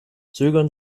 zögern